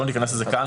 לא ניכנס לזה כאן.